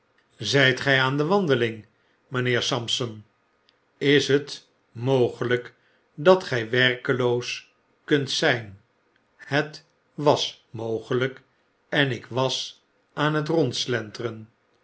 zyt gy aan de wandeling mynheer sampson is het mogelijk dat gij werkeloos kunt zijn het was mogelyk en ik was aan het rondslenteren